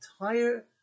entire